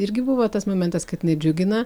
irgi buvo tas momentas kad nedžiugina